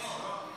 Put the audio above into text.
לא.